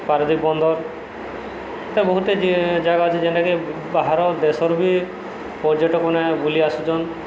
ପାରାଦ୍ୱୀପ ବନ୍ଦର ଏମିତି ବହୁତ ଜାଗା ଅଛି ଯେଉଁଠିକି ବାହାର ଦେଶରୁ ବି ପର୍ଯ୍ୟଟକମାନେ ବୁଲି ଆସୁଛନ୍ତି